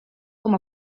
com